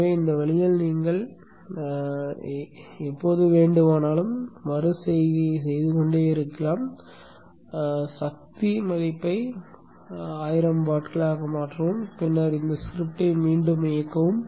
எனவே இந்த வழியில் நீங்கள் எப்போது வேண்டுமானாலும் மறு செய்கைகளைச் செய்து கொண்டே இருக்கலாம் சக்தி மதிப்பை 1000 வாட்களாக மாற்றவும் பின்னர் இந்த ஸ்கிரிப்டை மீண்டும் இயக்கவும்